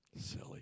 Silly